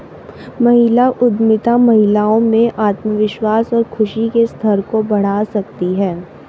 महिला उद्यमिता महिलाओं में आत्मविश्वास और खुशी के स्तर को बढ़ा सकती है